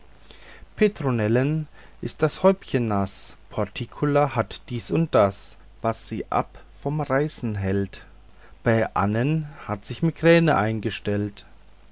petronellen ist das häubchen naß portiunkula hat dies und das was sie ab vom reisen hält bei annen hat sich migräne eingestellt